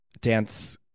dance